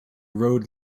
road